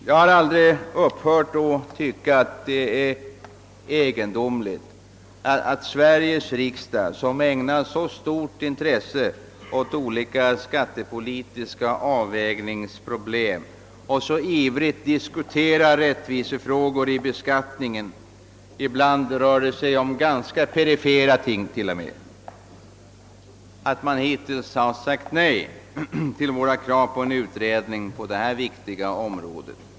Jag har aldrig upphört att finna det egendomligt att Sveriges riksdag, som ägnar så stort intresse åt olika skattepolitiska avvägningsproblem och som så ivrigt diskuterar rättvisefrågor beträffande beskattningen — ibland rör det sig t.o.m. om ganska perifera ting — hittills har sagt nej till våra krav på en utredning om dessa viktiga spörsmål.